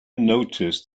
noticed